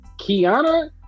Kiana